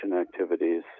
activities